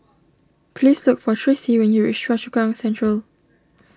please look for Tracie when you reach Choa Chu Kang Central